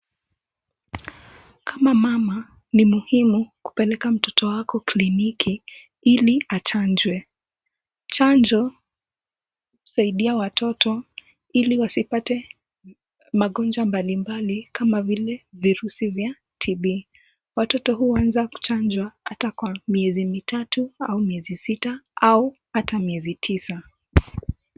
Kama mama ni muhimu kupeleka mtoto wako kliniki ili achanjwe. Chanjo husaidia watoto ili wasipate magonjwa mbalimbali kama vile virusi vya TB .Watoto huanza kuchanjwa hata kwa miezi mitatu au miezi sita au hata miezi tisa.